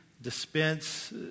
Dispense